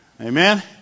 Amen